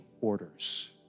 orders